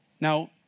Now